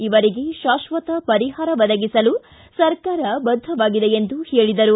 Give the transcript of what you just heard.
ಇವರಿಗೆ ಶಾಶ್ವತ ಪರಿಹಾರ ಒದಗಿಸಲು ಸರಕಾರ ಬದ್ಧವಾಗಿದೆ ಎಂದರು